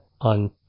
on